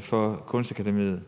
for Kunstakademiet.